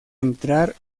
entrar